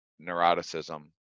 neuroticism